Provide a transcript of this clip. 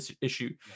issue